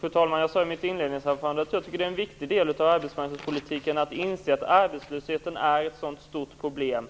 Fru talman! Jag sade i mitt inledningsanförande att jag tycker att det är en viktig del av arbetsmarknadspolitiken att inse att arbetslösheten är ett så stort problem